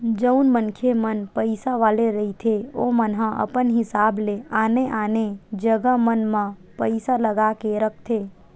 जउन मनखे मन पइसा वाले रहिथे ओमन ह अपन हिसाब ले आने आने जगा मन म पइसा लगा के रखथे